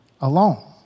alone